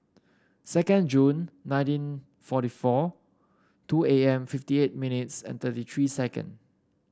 second June nineteen forty four two A M fifty eight minutes and thirty three second